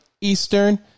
Eastern